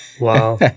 wow